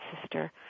sister